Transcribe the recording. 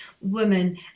women